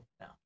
No